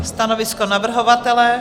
Stanovisko navrhovatele?